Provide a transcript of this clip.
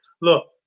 look